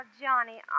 Johnny